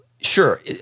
sure